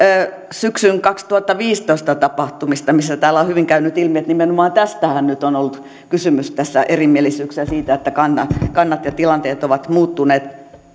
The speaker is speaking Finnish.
syksyn kaksituhattaviisitoista tapahtumista täällä on hyvin käynyt ilmi että nimenomaan tästähän nyt on ollut kysymys näissä erimielisyyksissä siitä että kannat ja kannat ja tilanteet ovat muuttuneet